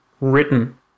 written